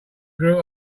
grew